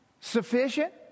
sufficient